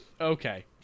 Okay